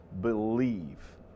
believe